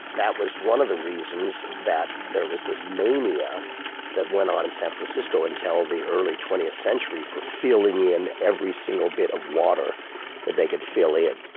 that was one of the reasons that there was this mania that went on in san francisco until the early twentieth century for filling in every single bit of water that they could fill in.